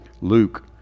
Luke